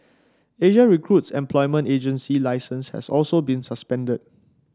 Asia Recruit's employment agency licence has also been suspended